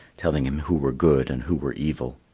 telling him who were good and who were evil.